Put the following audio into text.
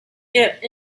get